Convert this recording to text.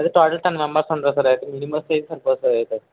అయితే total ten members ఉంటారు sir అయితే మినీ బస్సు అయితే సరిపోద్ది సార్ అయితే